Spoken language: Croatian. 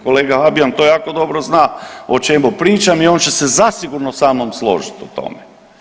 Kolega Habijan to jako dobro zna o čemu pričam i on će se zasigurno sa mnom složiti o tome.